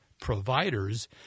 providers